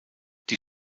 die